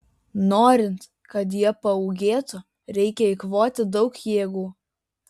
norint kad jie paūgėtų reikia eikvoti daug jėgų